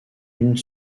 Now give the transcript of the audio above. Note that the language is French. une